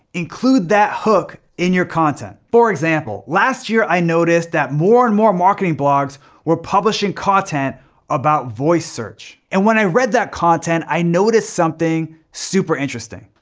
include that hook in your content. for example, last year i noticed that more and more marketing blogs were publishing content about voice search, and when i read that content i noticed something super interesting.